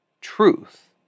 truth